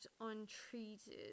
untreated